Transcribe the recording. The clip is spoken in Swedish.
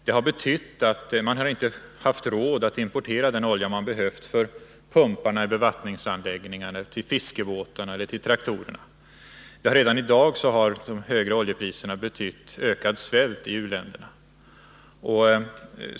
Det har betytt att de inte haft råd att importera den olja de behövt exempelvis för pumparna i bevattningsanläggningarna och för fiskebåtarna och traktorerna. Redan i dag har de högre oljepriserna betytt en ökning av svälten i u-länderna.